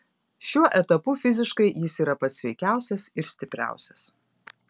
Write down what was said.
šiuo etapu fiziškai jis yra pats sveikiausias ir stipriausias